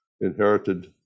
inherited